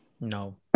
No